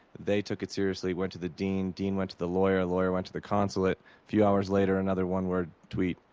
they took it seriously, went to the dean, dean went to the lawyer, lawyer went to the consulate. a few hours later, another one-word tweet,